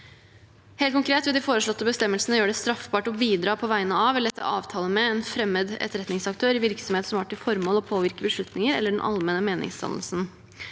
Helt konkret vil de foreslåtte bestemmelsene gjøre det straffbart å bidra på vegne av eller etter avtale med en fremmed etterretningsaktør i virksomhet som har til formål å påvirke beslutninger eller den allmenne meningsdannelsen.